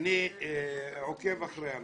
אני עוקב אחרי הנושא.